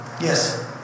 Yes